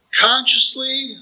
consciously